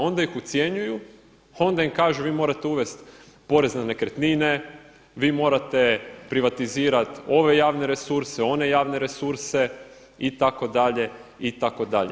Onda ih ucjenjuju, onda im kažu vi morate uvesti porez na nekretnine, vi morate privatizirati ove javne resurse, one javne resurse itd., itd.